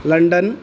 London